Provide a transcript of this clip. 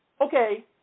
Okay